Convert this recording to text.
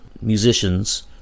musicians